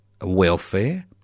welfare